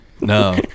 no